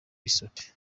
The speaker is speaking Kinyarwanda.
resort